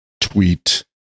tweet